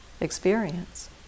experience